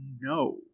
No